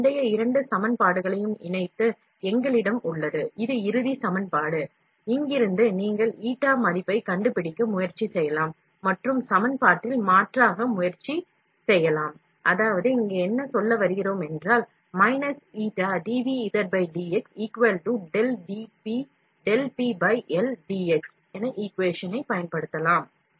இந்த முந்தைய இரண்டு சமன்பாடுகளையும் இணைத்து நம்மிடம் ஒரு சமன்பாடு உள்ளது இது இறுதி சமன்பாடு இங்கிருந்து நீங்கள் ஈட்டா ɳ மதிப்பைக் கண்டுபிடித்து அதை equation ல் சுபிஸ்டிடுட் செய்யவும்